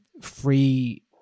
free